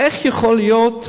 איך יכול להיות שבן-אדם,